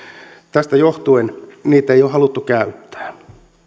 tästä johtuen niitä ei ole haluttu käyttää